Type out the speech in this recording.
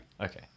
okay